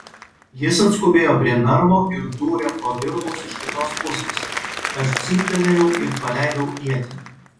jis atskubėjo prie narvo ir dūrė pro virbus iš kitos pusės aš cyptelėjau ir paleidau ietį